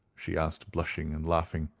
she asked, blushing and laughing.